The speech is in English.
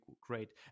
great